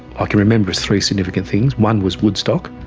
ah can remember three significant things, one was woodstock,